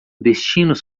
destinos